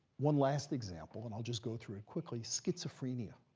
one last example, and i'll just go through it quickly schizophrenia.